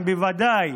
הם בוודאי